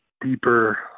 deeper